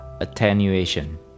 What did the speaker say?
attenuation